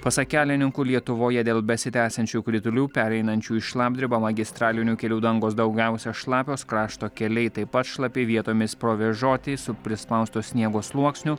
pasak kelininkų lietuvoje dėl besitęsiančių kritulių pereinančių į šlapdribą magistralinių kelių dangos daugiausia šlapios krašto keliai taip pat šlapi vietomis provėžoti su prispausto sniego sluoksniu